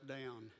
down